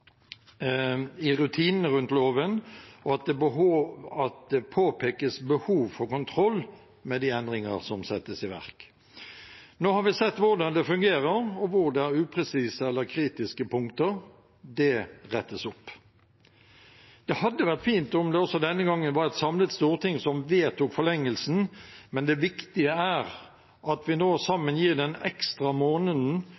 i rutinene rundt loven, og at det påpekes behov for kontroll med de endringer som settes i verk. Nå har vi sett hvordan det fungerer, og hvor det er upresise eller kritiske punkter. Det rettes opp. Det hadde vært fint om det også denne gangen var et samlet storting som vedtok forlengelsen, men det viktige er at vi nå,